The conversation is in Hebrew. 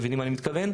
מבינים מה אני מתכוון,